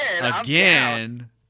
Again